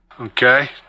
Okay